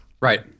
Right